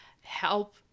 help